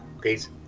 Peace